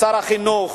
שר החינוך: